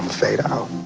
fade out